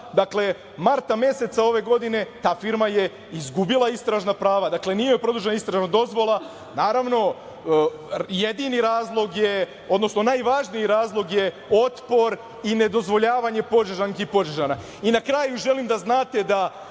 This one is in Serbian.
Dakle, marta meseca ove godine ta firma je izgubila istražna prava. Dakle, nije joj produžena istražna dozvola. Naravno, jedini razlog je, odnosno najvažniji razlog je otpor i nedozvoljavanje Požežanki i Požežana. Na kraju želim da znate da